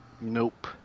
Nope